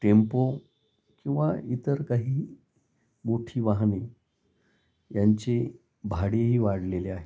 tempo किंवा इतर काही मोठी वाहने यांची भाडीही वाढलेली आहेत